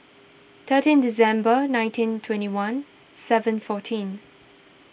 thirteen December nineteen twenty one seven fourteen